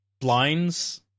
blinds